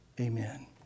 Amen